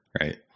right